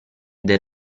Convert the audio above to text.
del